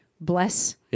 bless